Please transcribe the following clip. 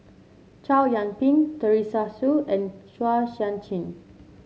Chow Yian Ping Teresa Hsu and Chua Sian Chin